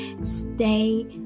Stay